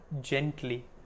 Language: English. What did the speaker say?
gently